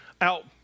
out